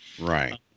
Right